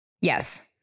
Yes